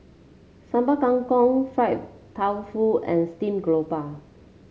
Sambal Kangkong Fried Tofu and stream grouper